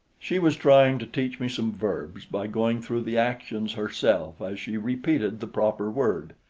she was trying to teach me some verbs by going through the actions herself as she repeated the proper word.